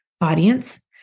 audience